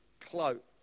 cloak